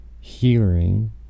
hearing